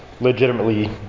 legitimately